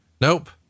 nope